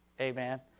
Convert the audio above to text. amen